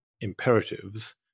imperatives